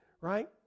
right